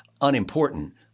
unimportant